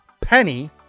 Penny